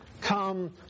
come